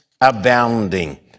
abounding